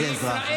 גם אם זה אזרח,